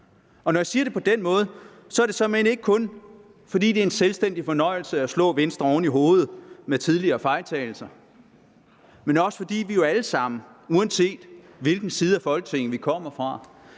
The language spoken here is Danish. Når jeg siger det på den måde, er det såmænd ikke kun, fordi det er en selvstændig fornøjelse at slå Venstre oven i hovedet med tidligere fejltagelser, men også fordi vi jo alle sammen, uanset hvilken side af Folketinget vi kommer fra,